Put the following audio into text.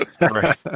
Right